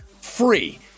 free